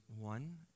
one